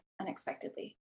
unexpectedly